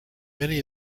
many